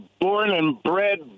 born-and-bred